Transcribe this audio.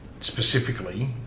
specifically